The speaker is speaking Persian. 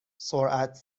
سرعت